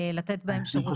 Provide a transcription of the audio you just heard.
לתת בהם שירותים.